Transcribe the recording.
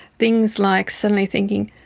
things like suddenly thinking,